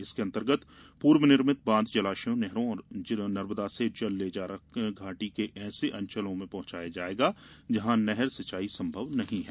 इसके अंतर्गत पूर्व निर्मित बांध जलाशयों नहरों और नर्मदा से जल ले जाकर घाटी के ऐसे अंचलों में पहुंचाया जायेगा जहां नहर सिंचाई संभव नही है